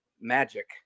Magic